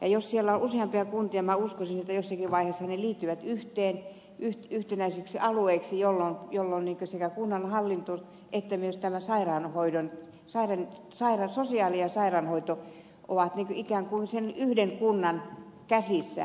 jos siellä on useampia kuntia minä uskoisin että ne jossakin vaiheessa liittyvät yhteen yhtenäiseksi alueeksi jolloin sekä kunnan hallinto että myös tämä sosiaali ja sairaanhoito ovat ikään kuin sen yhden kunnan käsissä